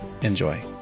Enjoy